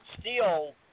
steel